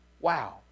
Wow